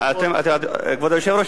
כבוד היושב-ראש,